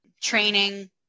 training